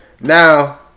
now